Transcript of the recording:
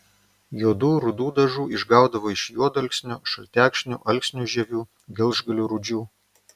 juodų rudų dažų išgaudavo iš juodalksnio šaltekšnių alksnių žievių gelžgalių rūdžių